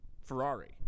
Ferrari